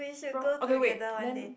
bro okay wait then